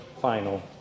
final